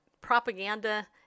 propaganda